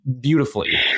beautifully